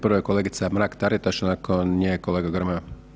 Prva je kolegica Mrak Taritaš, a nakon nje kolega Grmoja.